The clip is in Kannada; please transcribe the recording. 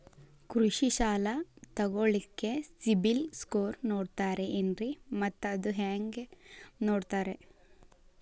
ಕೃಷಿ ಸಾಲ ತಗೋಳಿಕ್ಕೆ ಸಿಬಿಲ್ ಸ್ಕೋರ್ ನೋಡ್ತಾರೆ ಏನ್ರಿ ಮತ್ತ ಅದು ಹೆಂಗೆ ನೋಡ್ತಾರೇ?